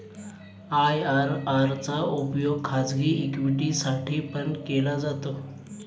IRR चा उपयोग खाजगी इक्विटी साठी पण केला जातो